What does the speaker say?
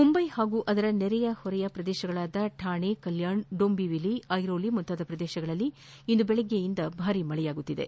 ಮುಂಬೈ ಹಾಗೂ ಅದರ ನೆರೆಹೊರೆಯ ಪ್ರದೇಶಗಳಾದ ಥಾಣೆ ಕಲ್ಕಾಣ್ ದೊಂಬಿವಿಲಿ ಐರೋಲಿ ಮುಂತಾದ ಪ್ರದೇಶಗಳಲ್ಲಿ ಇಂದು ಬೆಳಗ್ಗೆಯಿಂದ ಭಾರೀ ಮಳೆಯಾಗುತ್ತಿದೆ